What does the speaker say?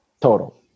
Total